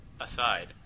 aside